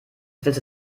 willst